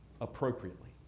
appropriately